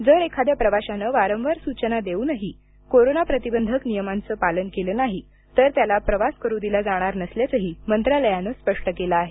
जर एखाद्या प्रवाशाने वारंवार सूचना देऊनही कोरोना प्रतिबंधक नियमांच पालन केलं नाही तर त्याला प्रवास करू दिला जाणार नसल्याचंही मंत्रालयानं स्पष्ट केलं आहे